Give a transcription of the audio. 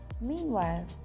Meanwhile